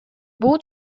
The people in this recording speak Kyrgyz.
бул